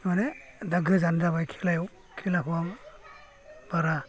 माने दा गोजान जाबाय खेलायाव खेलाखौ आं बारा